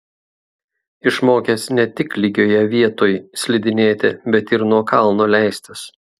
išmokęs ne tik lygioje vietoj slidinėti bet ir nuo kalno leistis